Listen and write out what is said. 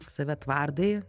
save tvardai